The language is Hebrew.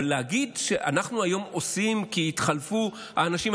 אבל להגיד שאנחנו היום עושים כי התחלפו האנשים,